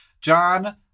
John